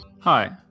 Hi